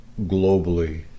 globally